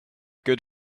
good